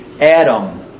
Adam